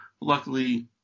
luckily